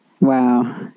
Wow